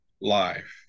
life